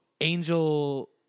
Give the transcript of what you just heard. Angel